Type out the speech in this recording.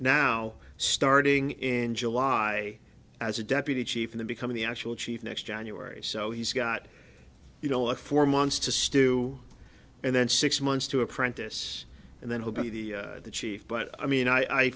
now starting in july as a deputy chief in the become the actual chief next january so he's got you know a four months to stew and then six months to apprentice and then he'll be the chief but i mean i